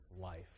life